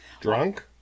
Drunk